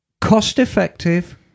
cost-effective